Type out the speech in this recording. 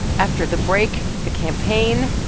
after the break, the campaign,